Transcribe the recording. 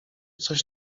coś